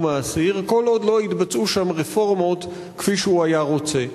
האסיר כל עוד לא יתבצעו שם רפורמות כפי שהוא היה רוצה.